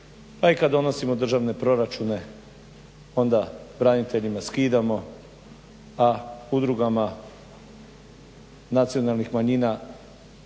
pa i kad donosimo državne proračune onda braniteljima skidamo, a udrugama nacionalnih manjina